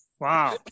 Wow